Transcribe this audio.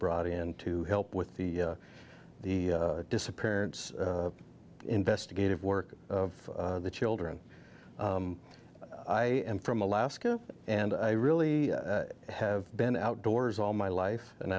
brought in to help with the the disappearance of investigative work of the children i am from alaska and i really have been outdoors all my life an